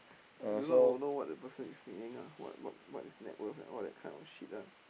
I do not know what the person is meaning ah what what what is net worth and all that kind of shit ah